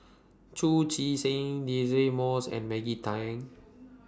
Chu Chee Seng Deirdre Moss and Maggie Teng